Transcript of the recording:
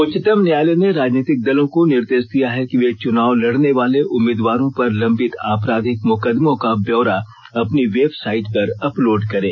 उच्चतम न्यायालय ने राजनीतिक दलों को निर्देश दिया है कि वे चुनाव लड़ने वाले उम्मीदवारों पर लम्बित आपराधिक मुकदमों का ब्यौरा अपनी वेबसाइट पर अपलोड करें